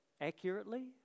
accurately